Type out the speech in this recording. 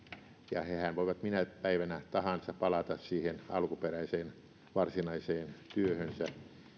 ja hehän voivat minä päivänä tahansa palata siihen alkuperäiseen varsinaiseen työhönsä